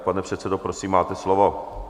Pane předsedo, prosím, máte slovo.